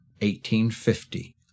1850